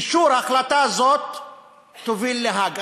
אישור החלטה זו יוביל להאג.